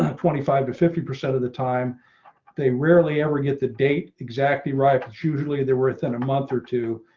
ah twenty five to fifty percent of the time they rarely ever get the date. exactly right. but usually they're within a month or two,